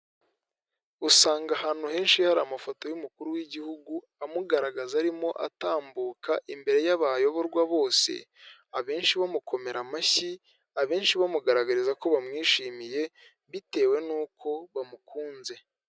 Usanga ahantu henshi hari amafoto y'umukuru w'igihugu amugaragaza arimo atambuka imbere y'abayoborwa bose, abenshi bamukomera amashyi abenshi bamugaragariza ko bamwishimiye bitewe n'uko bamukunze.